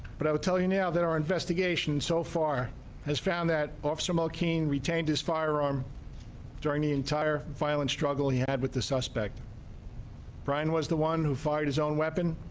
but i'll tell you now that our investigation so far has found that officer makine retained his firearm during the entire violent struggle he had with the suspect brian was the one who fired his own weapon.